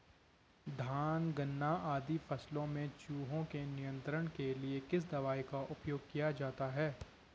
धान गन्ना आदि फसलों में चूहों के नियंत्रण के लिए किस दवाई का उपयोग किया जाता है?